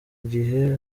igihe